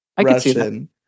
russian